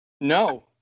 No